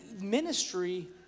Ministry